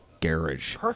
Garage